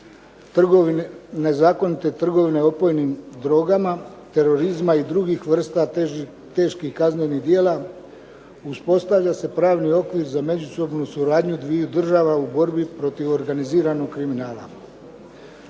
kriminala, nezakonite trgovine opojnim drogama, terorizma i drugih vrsta teških kaznenih djela uspostavlja se pravni okvir za međusobnu suradnju dviju država u borbi protiv organiziranog kriminala.